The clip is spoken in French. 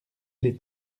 les